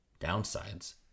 downsides